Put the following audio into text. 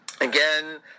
again